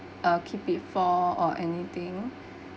keep it for or anything